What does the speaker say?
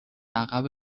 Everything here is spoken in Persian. عقب